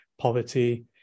poverty